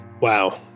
Wow